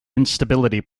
instability